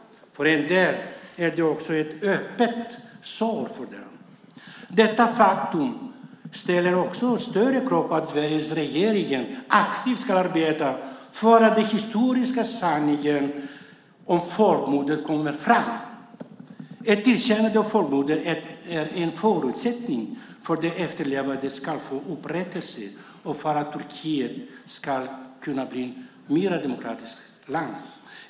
För en del är det också ett öppet sår. Detta faktum ställer också större krav på att Sveriges regering aktivt ska arbeta för att den historiska sanningen om folkmordet kommer fram. Ett erkännande av folkmordet är en förutsättning för att de efterlevande ska få upprättelse och för att Turkiet ska kunna bli ett mer demokratiskt land.